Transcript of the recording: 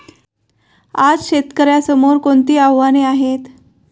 आज शेतकऱ्यांसमोर कोणती आव्हाने आहेत?